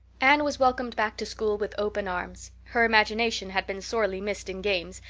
anne was welcomed back to school with open arms. her imagination had been sorely missed in games,